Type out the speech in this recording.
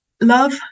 love